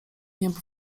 niebo